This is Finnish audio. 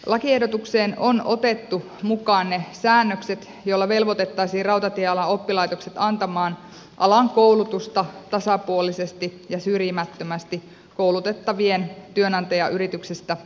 lakiehdotukseen on otettu mukaan ne säännökset joilla velvoitettaisiin rautatiealan oppilaitokset antamaan alan koulutusta tasapuolisesti ja syrjimättömästi koulutettavien työnantajayrityksistä riippumatta